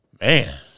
Man